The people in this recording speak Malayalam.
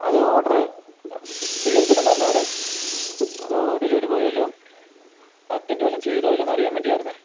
അത് ഓഡറ് സീകരിച്ചിട്ടുണ്ടായിരുന്നൊ അവിടെ അതോ ഡെലിവറി ബോയ് വല്ലതും അറ്റൻ്റ് വല്ലതും ചെയ്തോ ഇല്ലയോന്നറിയാന് വേണ്ടിയായിരുന്നു